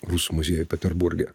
rusų muziejuj peterburge